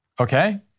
Okay